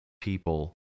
people